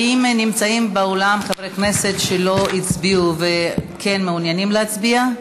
האם נמצאים באולם חברי כנסת שלא הצביעו וכן מעוניינים להצביע?